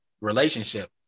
relationship